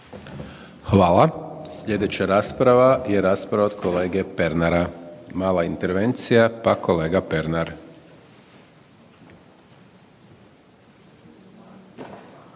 Hvala. Sljedeća rasprava je rasprava od kolege Pernara. Mala intervencija pa kolega Pernar.